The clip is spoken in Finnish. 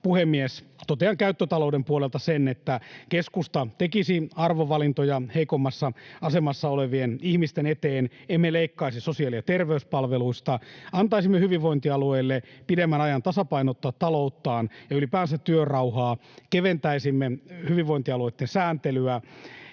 Puhemies! Totean käyttötalouden puolelta sen, että keskusta tekisi arvovalintoja heikommassa asemassa olevien ihmisten eteen: Emme leikkaisi sosiaali- ja terveyspalveluista. Antaisimme hyvinvointialueille pidemmän ajan tasapainottaa talouttaan ja ylipäänsä työrauhaa. Keventäisimme hyvinvointialueitten sääntelyä,